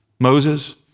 Moses